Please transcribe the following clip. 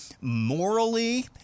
morally